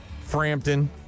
Frampton